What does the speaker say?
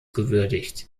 gewürdigt